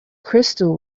crystal